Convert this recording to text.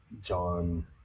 John